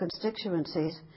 constituencies